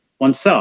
oneself